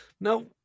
No